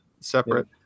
separate